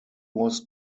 was